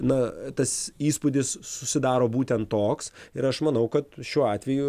na tas įspūdis susidaro būtent toks ir aš manau kad šiuo atveju